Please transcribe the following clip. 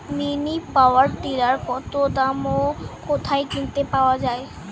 Mini power tiller কত দাম ও কোথায় কিনতে পাওয়া যায়?